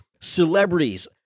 Celebrities